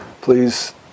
please